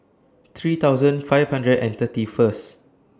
three thousand five hundred and thirty First